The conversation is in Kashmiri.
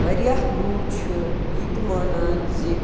واریاہ لُکھ چھِ یتہِ مانان زِ